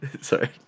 Sorry